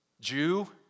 Jew